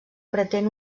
pretén